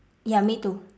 ya me too